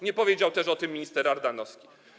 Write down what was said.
Nie powiedział też o tym minister Ardanowski.